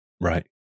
Right